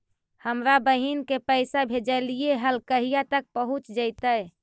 हमरा बहिन के पैसा भेजेलियै है कहिया तक पहुँच जैतै?